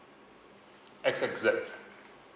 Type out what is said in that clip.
X X Z